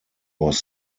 was